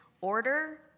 order